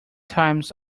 times